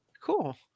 Cool